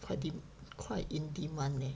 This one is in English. qui~ quite in demand leh